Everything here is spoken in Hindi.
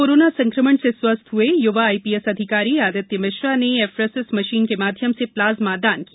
कल कोरोना संक्रमण से स्वस्थ हए य्वा आईपीएस अधिकारी आदित्य मिश्रा ने एफरेसिस मशीन के माध्यम से प्लाज्मा दान दिया